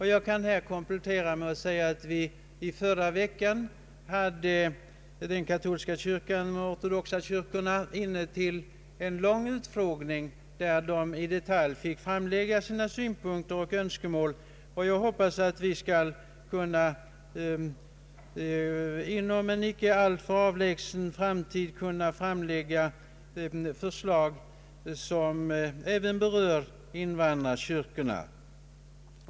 Här kan jag komplettera med att säga att vi i förra veckan hade representanter för den katolska kyrkan och de ortodoxa kyrkorna närvarande vid en lång utfrågning. De fick då i detalj framlägga sina synpunkter och önskemål. Jag hoppas att vi i utredningen inom en icke alltför avlägsen framtid skall kunna lägga fram förslag som även berör invandrarkyrkorna.